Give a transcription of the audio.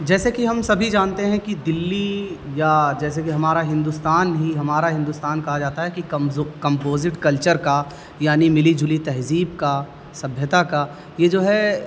جیسے کہ ہم سبھی جانتے ہیں کہ دلی یا جیسے کہ ہمارا ہندوستان ہی ہمارا ہندوستان کہا جاتا ہے کہ کمزور کمپوزٹ کلچر کا یعنی ملی جلی تہذیب کا سبھیتا کا یہ جو ہے